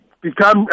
become